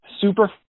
Super